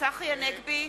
צחי הנגבי,